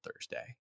Thursday